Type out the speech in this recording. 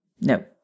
No